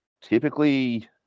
Typically